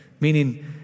meaning